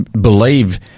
believe